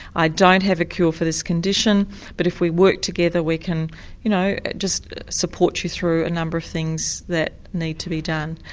i don't have a cure for this this condition but if we work together we can you know just support you through a number of things that need to be done.